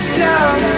down